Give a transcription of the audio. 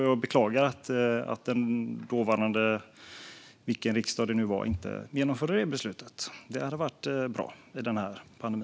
Jag beklagar att den dåvarande riksdagen, vilken det nu var, inte genomförde detta beslut. Det hade varit bra i denna pandemi.